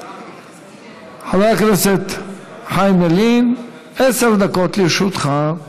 חבר הכנסת חיים ילין, עשר דקות לרשותך.